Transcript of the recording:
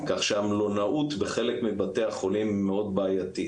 כך שהמלונאות בחלק מבתי החולים מאוד בעייתית.